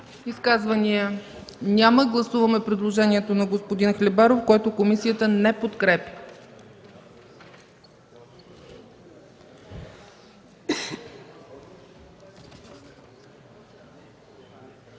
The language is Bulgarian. Изказвания? Няма. Гласуваме предложението на господин Хлебаров, което комисията не подкрепя.